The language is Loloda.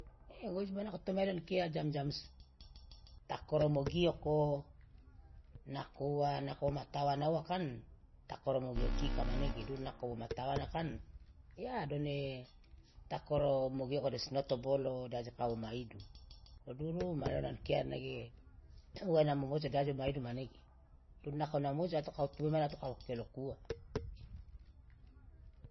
e ngoji mane nako toma idu nege ankia jam- jam takoro mogioko nako uwa nako woma tawana uwa kan takoro mogiokika manege duru nako woma tawana kan ya done takoro mogioko de sinoto bolo de aje kawoma idu lo duru mane ankia nege uwa ina momojo de aje woma idu manege duru nako womomojo ato ka wutu moi ato ka wo kiolokuwa.